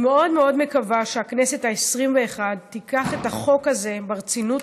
אני מאוד מאוד מקווה שהכנסת העשרים-ואחת תיקח את החוק הזה ברצינות